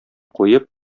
куеп